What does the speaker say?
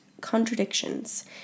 contradictions